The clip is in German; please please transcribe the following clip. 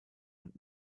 und